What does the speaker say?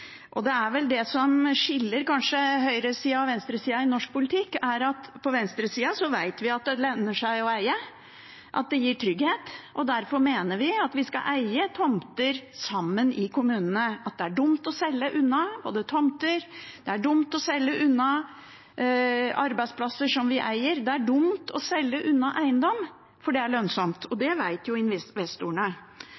Det som kanskje skiller høyresida og venstresida i norsk politikk, er at på venstresida vet vi at det lønner seg å eie, at det gir trygghet. Derfor mener vi at vi skal eie tomter sammen i kommunene, og at det er dumt å selge unna tomter og arbeidsplasser som vi eier. Det er dumt å selge unna eiendom, for det er lønnsomt, og